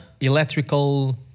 electrical